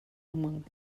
among